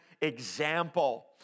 example